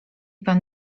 pan